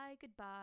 goodbye